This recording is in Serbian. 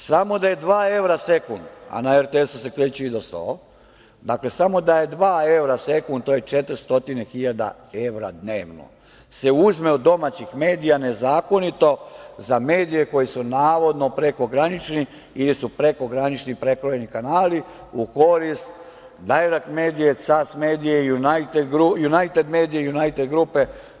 Samo da je dva evra sekund, a na RTS-u se kreću i do 100, dakle, samo da je dva evra sekund, četiri stotine hiljada evra dnevno se uzme od domaćih medija nezakonito za medije koje su navodno prekogranični ili su prekogranični prekrojeni kanali u korist „Dajrekt medije“, „CAS medije“, „Junajted medije“ i „Junajted grupe“